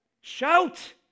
Shout